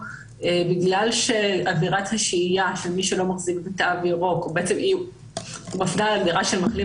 בגלל שעבירת השהייה למי שלא מחזיק בתו ירוק בעצם מפנה להגדרה של מחלים